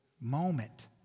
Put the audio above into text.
moment